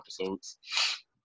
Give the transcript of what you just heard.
episodes